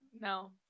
no